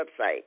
website